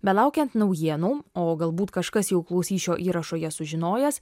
belaukiant naujienų o galbūt kažkas jau klausys šio įrašo jas sužinojęs